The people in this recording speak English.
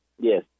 Yes